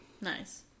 Nice